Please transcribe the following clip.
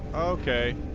ok